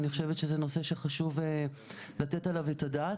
אני חושבת שזה נושא שחשוב לתת עליו את הדעת.